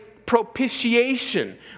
propitiation